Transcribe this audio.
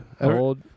Old